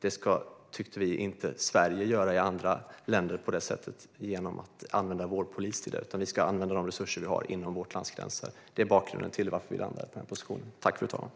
Vi tyckte inte att Sverige ska göra det genom att använda vår polis i andra länder. Vi ska använda de resurser vi har inom vårt lands gränser. Detta är bakgrunden till att vi har landat i denna position.